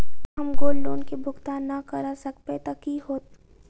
जँ हम gold loan केँ भुगतान न करऽ सकबै तऽ की होत?